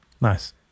Nice